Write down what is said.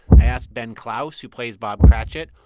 i asked ben clouse, who plays bob cratchit,